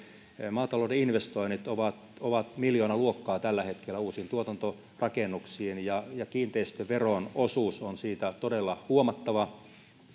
maatalouden investoinnit ovat ovat miljoonaluokkaa tällä hetkellä uusien tuotantorakennuksien ja kiinteistöveron osuus on siitä todella huomattava